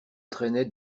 traînait